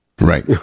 Right